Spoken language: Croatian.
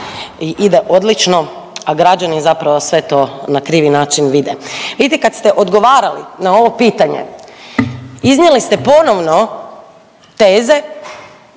i ide odlično, a građani zapravo sve to na krivi način vide. Vidite kad ste odgovarali na ovo pitanje iznijeli ste ponovno teze